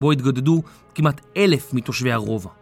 בו התגודדו כמעט אלף מתושבי הרובע.